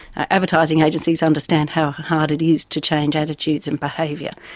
advertising agencies understand how hard it is to change attitudes and behaviour.